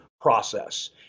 process